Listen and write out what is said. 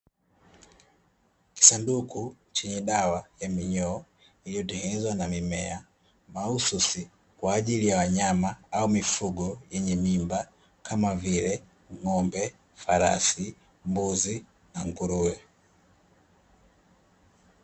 Kisanduku chenye dawa ya minyoo iliyo tengenezwa na mimea mahususi kwaajili ya wanyama au mifugo yenye mimba kama vile"farasi, mbuzi, na nguruwe".